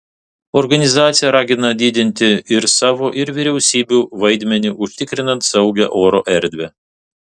organizacija ragina didinti ir savo ir vyriausybių vaidmenį užtikrinant saugią oro erdvę